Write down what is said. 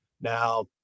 Now